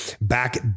back